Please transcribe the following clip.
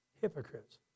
hypocrites